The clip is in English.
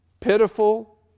pitiful